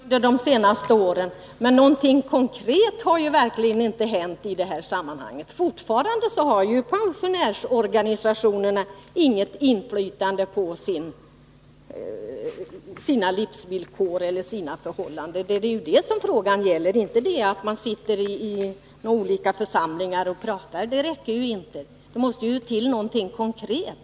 Fru talman! Det är lätt att säga att det har gjorts mycket under de senaste åren, men någonting konkret har verkligen inte hänt i det här sammanhanget. Fortfarande har pensionärsorganisationerna inget inflytande på sina livsvillkor eller sina förhållanden. Det är ju det som frågan gäller. Det räcker inte med att man sitter med i olika församlingar och pratar. Det måste till någonting konkret.